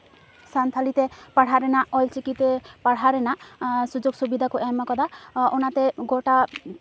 ᱥᱟᱱᱛᱟᱲᱤᱛᱮ ᱯᱟᱲᱦᱟᱣ ᱨᱮᱱᱟᱜ ᱚᱞ ᱪᱤᱠᱤᱛᱮ ᱯᱟᱲᱦᱟᱣ ᱨᱮᱱᱟᱜ ᱥᱩᱡᱚᱜᱽ ᱥᱩᱵᱤᱫᱟ ᱠᱚ ᱮᱢ ᱟᱠᱟᱫᱟ ᱚᱱᱟᱛᱮ ᱜᱳᱴᱟ